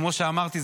כמו שאמרתי,